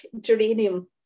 geranium